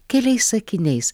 keliais sakiniais